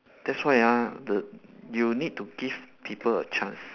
that's why ah the you need to give people a chance